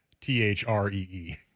T-H-R-E-E